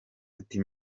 ati